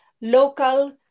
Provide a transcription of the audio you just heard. local